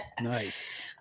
Nice